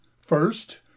First